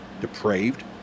depraved